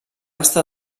estar